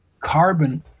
carbon